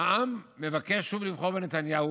העם מבקש שוב לבחור בנתניהו,